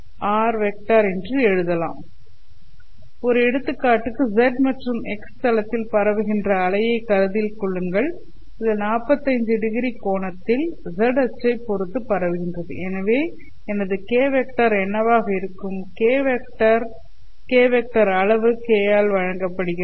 r என்று எழுதலாம் ஒரு எடுத்துக்காட்டுக்கு z மற்றும் x தளத்தில் பரவுகின்ற அலையை கருத்தில் கொள்ளுங்கள் இது 45ᵒ கோணத்தில் z அச்சைப் பொறுத்து பரவுகின்றது எனவே எனது k வெக்டர் என்னவாக இருக்கும் k வெக்டர் k வெக்டர் அளவு k ஆல் வழங்கப்படுகிறது